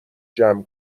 جمع